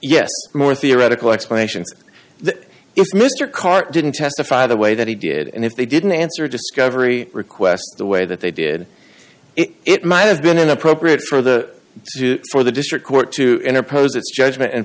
yes more theoretical explanations that if mr carte didn't testify the way that he did and if they didn't answer discovery requests the way that they did it might have been inappropriate for the for the district court to in oppose its judgment